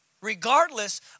regardless